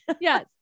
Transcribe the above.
Yes